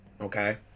okay